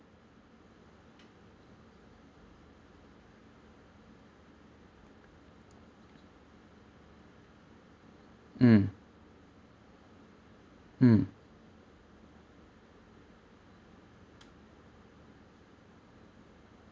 mm mm